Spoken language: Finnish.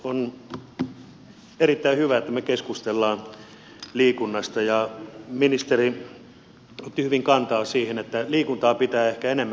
on erittäin hyvä että me keskustelemme liikunnasta ja ministeri otti hyvin kantaa siihen että liikuntaa pitää ehkä enemmänkin arkipäiväistää